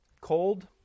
cold